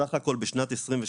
סך הכול בשנת 2022